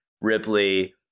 Ripley